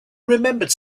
remembered